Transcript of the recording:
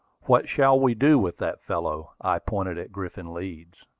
what shall we do with that fellow? i pointed at griffin leeds.